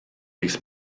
fis